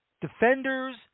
Defenders